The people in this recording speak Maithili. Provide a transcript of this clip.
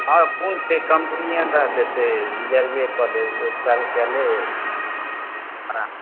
हँ कोन छै कम्पनिये दए देतै रिजर्बे कऽ लेब एक सए रुपिआ लेत